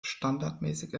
standardmäßig